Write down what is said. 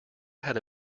had